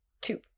two